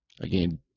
Again